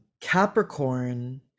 Capricorn